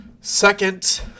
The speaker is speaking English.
Second